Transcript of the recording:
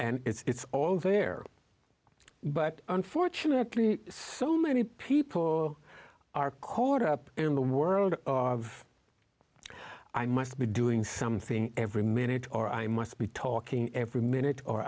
and it's all over there but unfortunately so many people are caught up in the world of i must be doing something every minute or i must be talking every minute or